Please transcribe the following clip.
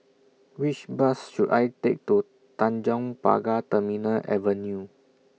Which Bus should I Take to Tanjong Pagar Terminal Avenue